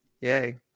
yay